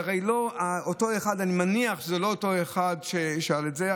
ואני מניח שזה לא אותו אחד שישאל את זה,